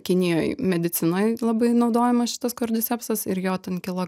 kinijoj medicinoj labai naudojama šitas kordisepsas ir jo ten kilo